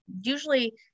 usually